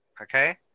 okay